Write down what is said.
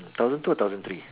mm thousand two or thousand three